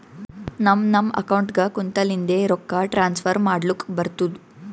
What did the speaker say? ನಮ್ ನಮ್ ಅಕೌಂಟ್ಗ ಕುಂತ್ತಲಿಂದೆ ರೊಕ್ಕಾ ಟ್ರಾನ್ಸ್ಫರ್ ಮಾಡ್ಲಕ್ ಬರ್ತುದ್